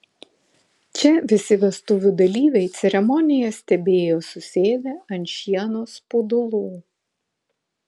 čia visi vestuvių dalyviai ceremoniją stebėjo susėdę ant šieno spudulų